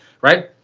right